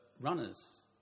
runners